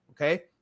Okay